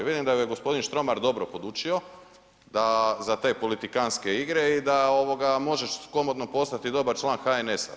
Vidim da ju je gospodin Štromar dobro podučio da, za te politikantske igre i da ovoga možeš komotno postati dobar član HNS-a.